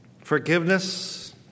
forgiveness